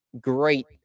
great